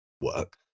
work